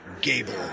Gable